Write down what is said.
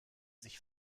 sich